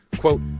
Quote